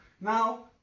Now